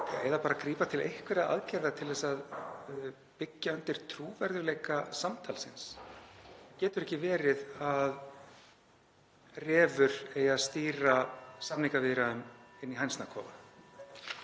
baka eða grípa til einhverra aðgerða til að byggja undir trúverðugleika samtalsins? Það getur ekki verið að refur eigi að stýra samningaviðræðum inni í hænsnakofa.